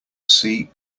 see